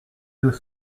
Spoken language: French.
deux